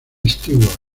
stewart